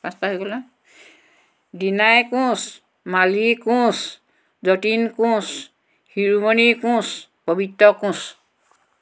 দিনাই কোঁচ মালি কোঁচ যতিন কোঁচ হিৰোমণি কোঁচ পবিত্ৰ কোঁচ